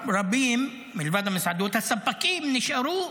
מלבד המסעדות, ספקים רבים נשארו